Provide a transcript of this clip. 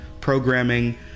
programming